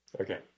Okay